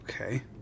Okay